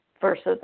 versus